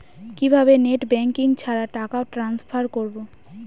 কিভাবে net banking ছাড়া টাকা টান্সফার করব?